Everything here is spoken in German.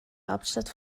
hauptstadt